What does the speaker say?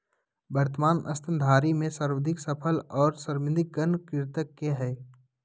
वर्तमान स्तनधारी में सर्वाधिक सफल और समृद्ध गण कृंतक के हइ